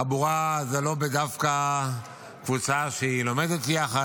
חבורה זה לאו דווקא קבוצה שלומדת יחד,